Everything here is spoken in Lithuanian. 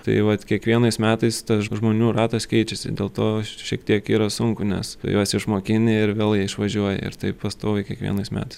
tai vat kiekvienais metais tas žmonių ratas keičiasi dėl to šiek tiek yra sunku nes tu juos išmokini ir vėl jie išvažiuoja ir taip pastoviai kiekvienais metais